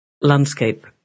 landscape